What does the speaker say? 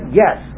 yes